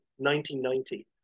1990